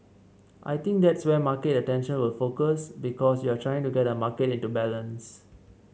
I think that's where market attention will focus because you're trying to get a market into balance